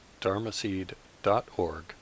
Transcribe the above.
dharmaseed.org